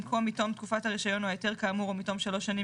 במקום "מתום תקופת הרישיון או ההיתר כאמור או מתום שלוש שנים